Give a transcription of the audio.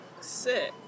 sick